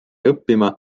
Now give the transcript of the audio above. õppima